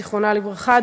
זיכרונה לברכה,